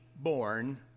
born